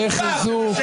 -- לחיזוק.